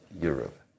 Europe